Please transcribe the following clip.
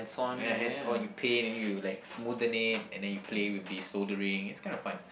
ya hands-on you paint and you like smoothen it and then you play with the soldering that's kind of fun